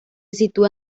sitúa